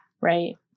Right